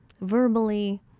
verbally